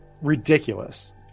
ridiculous